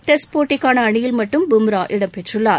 test போட்டிக்கான அணியில் மட்டும் பும்ரா இடம்பெற்றுள்ளார்